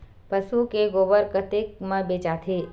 पशु के गोबर कतेक म बेचाथे?